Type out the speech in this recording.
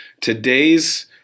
Today's